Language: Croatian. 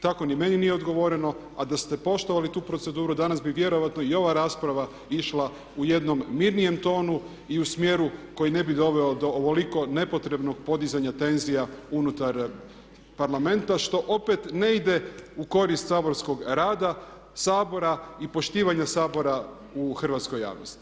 Tako ni meni nije odgovoreno, a da ste poštovali tu proceduru danas bi vjerojatno i ova rasprava išla u jednom mirnijem tonu i u smjeru koji ne bi doveo do ovoliko nepotrebnog podizanja tenzija unutar Parlamenta što opet ne ide u korist saborskog rada Sabora i poštivanja Sabora u hrvatskoj javnosti.